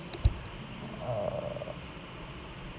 uh